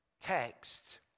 text